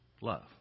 Love